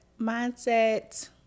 Mindset